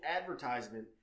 advertisement